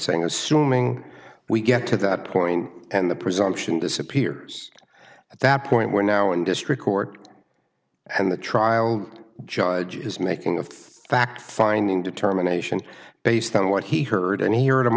saying assuming we get to that point and the presumption disappears at that point we're now in district court and the trial judge is making a fact finding determination based on what he heard and hear